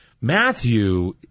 Matthew